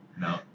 No